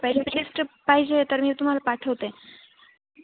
पहिले लिस्ट पाहिजे तर मी तुम्हाला पाठवते